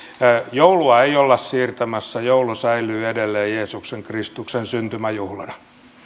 joulua ei olla siirtämässä joulu säilyy edelleen jeesuksen kristuksen syntymäjuhlana